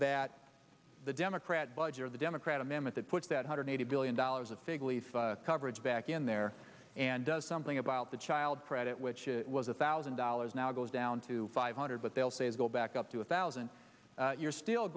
that the democrat budget or the democrat amendment that puts that hundred eighty billion dollars of fig leaf coverage back in there and does something about the child credit which was a thousand dollars now goes down to five hundred what they'll say is go back up to one thousand you're still